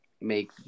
make